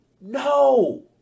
no